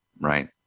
Right